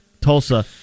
Tulsa